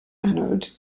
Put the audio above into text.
anode